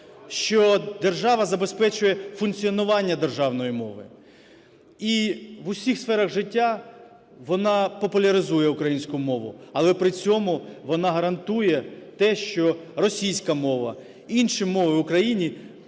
що держава забезпечує функціонування державної мови, і в усіх сферах життя вона популяризує українську мову, але при цьому вона гарантує те, що російська мова, інші мови в Україні